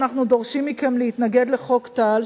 אנחנו דורשים מכם להתנגד לחוק טל,